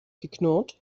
geknurrt